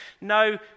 no